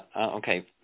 okay